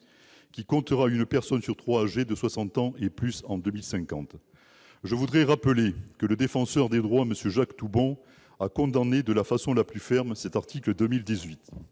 qui comptera une personne sur trois âgée de soixante ans et plus en 2050. Je rappelle que le Défenseur des droits, M. Jacques Toubon, a condamné de la façon la plus ferme cet article 18.